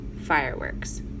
Fireworks